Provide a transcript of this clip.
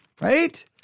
right